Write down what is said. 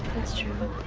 that's true.